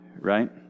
Right